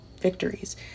victories